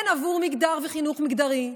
כן, עבור מגדר וחינוך מגדרי.